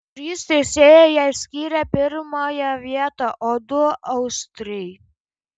trys teisėjai jai skyrė pirmąją vietą o du austrei